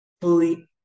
fully